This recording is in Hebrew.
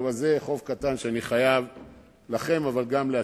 טוב, זה חוב קטן שאני חייב לכם, אבל גם לעצמי.